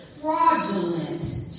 fraudulent